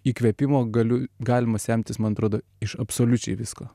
įkvėpimo galiu galima semtis man atrodo iš absoliučiai visko